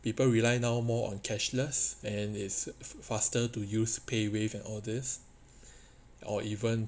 people rely now more on cashless and is faster to use paywave and all this or even